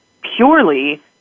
purely